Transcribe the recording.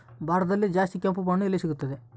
ಭಾರತದಲ್ಲಿ ಜಾಸ್ತಿ ಕೆಂಪು ಮಣ್ಣು ಎಲ್ಲಿ ಸಿಗುತ್ತದೆ?